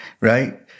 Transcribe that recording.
Right